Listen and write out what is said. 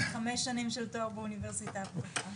חמש שנים של תואר באוניברסיטה הפתוחה.